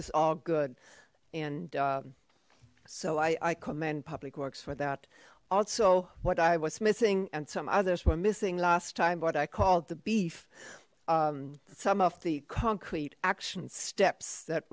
is all good and so i commend public works for that also what i was missing and some others were missing last time what i called the beef some of the concrete action steps that